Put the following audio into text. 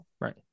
Right